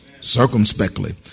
Circumspectly